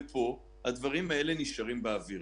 ופה הדברים האלה נשארים באוויר.